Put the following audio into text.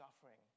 suffering